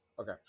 Okay